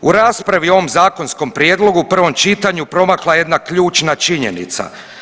U raspravi o ovom zakonskom prijedlogu u prvom čitanju promakla je jedna ključna činjenica.